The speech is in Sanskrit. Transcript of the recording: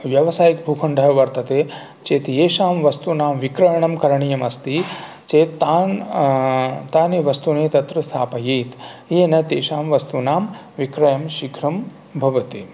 व्यवसायिकभूखण्डः वर्तते चेत् येषां वस्तूनां विक्रयणं करणीयम् अस्ति चेत् तान् तानि वस्तूनि तत्र स्थापयेत् येन तेषां वस्तूनां विक्रयं शीघ्रं भवति